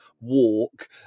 walk